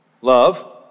Love